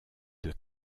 deux